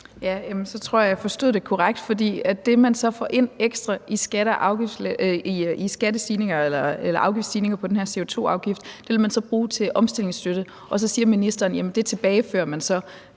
jeg forstod det korrekt, for det, man så får ind ekstra fra den her CO2-afgift, vil man så bruge til omstillingsstøtte, og så siger ministeren: Jamen det tilbagefører man